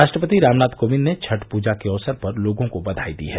राष्ट्रपति रामनाथ कोविंद ने छठ पूजा के अक्सर पर लोगों को बधाई दी है